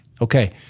Okay